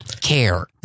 care